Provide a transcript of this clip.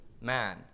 man